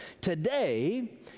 Today